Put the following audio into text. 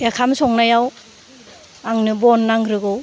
ओंखाम संनायाव आंनो बन नांग्रोगौ